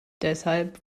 deshalb